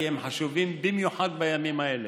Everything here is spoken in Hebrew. כי הם חשובים במיוחד בימים האלה,